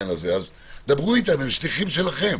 הם שליחים שלכם.